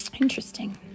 Interesting